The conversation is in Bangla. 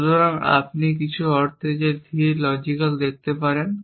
সুতরাং আপনি কিছু অর্থে যে ধীর লজিক্যাল দেখতে পারেন